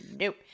nope